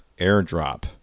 airdrop